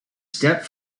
step